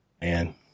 Man